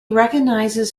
recognizes